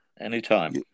anytime